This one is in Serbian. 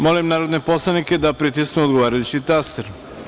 Molim narodne poslanike da pritisnu odgovarajući taster.